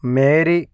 mary